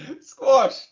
Squash